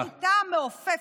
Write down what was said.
ראינו את הכיתה המעופפת.